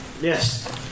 Yes